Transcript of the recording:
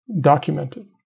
documented